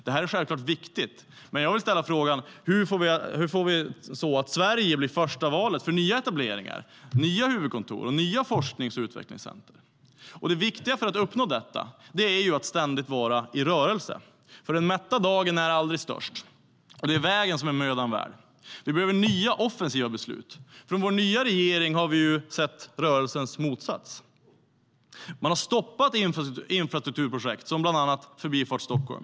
Det är självklart viktigt, men jag vill ställa frågan: Hur får vi Sverige att bli förstavalet för nya etableringar, nya huvudkontor och nya forsknings och utvecklingscenter? Det viktiga för att uppnå detta är att ständigt vara i rörelse. Den mätta dagen är aldrig störst. Det är vägen som är mödan värd. Vi behöver fatta nya, offensiva beslut. Från vår nya regering har vi sett rörelsens motsats. Man har stoppat infrastrukturprojekt, bland annat Förbifart Stockholm.